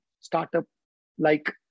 startup-like